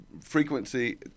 frequency